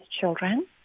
children